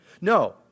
No